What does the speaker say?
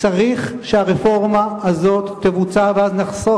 צריך שהרפורמה הזאת תבוצע ואז נחסוך